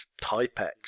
Typex